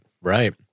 right